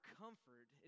comfort